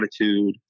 attitude